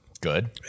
Good